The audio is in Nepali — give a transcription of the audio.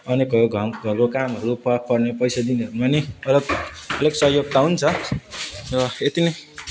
अनेक हो घाम घरको कामहरू पा पर्ने पैसा दिनेहरूमा नि अलग अलग सहयोग त हुन्छ र यति नै